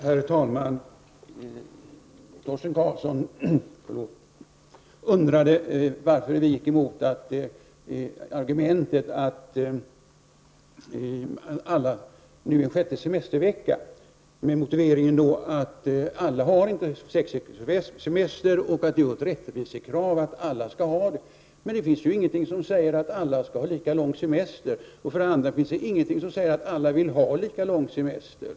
Herr talman! Torsten Karlsson undrade varför vi gick emot argumentet för en sjätte semestervecka till alla. Hans motivering var att alla inte har sex veckors semester och att det var ett rättvisekrav att alla skulle ha det. Men det finns för det första ingenting som säger att alla skall ha lika lång semester. För det andra finns det ingenting som säger att alla vill ha lika lång semester.